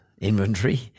inventory